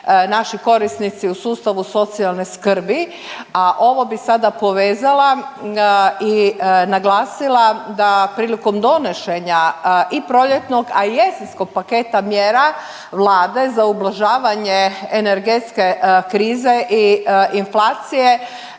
naši korisnici u sustavu socijalne skrbi. A ovo bih sada povezala i naglasila da prilikom donošenja i proljetnog, a i jesenskog paketa mjera Vlade za ublažavanje energetske krize i inflacije